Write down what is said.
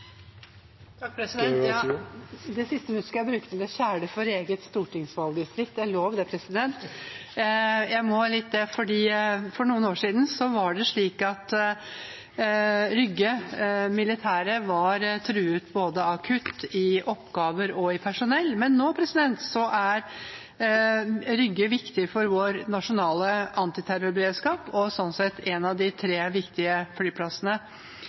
Det siste minuttet skal jeg bruke til å kjæle for eget stortingsvalgdistrikt – det er lov. Jeg må det fordi for noen år siden var Rygge militære flyplass truet av kutt i både oppgaver og personell, men nå er Rygge viktig for vår nasjonale antiterrorberedskap, og slik sett en av de tre viktige flyplassene.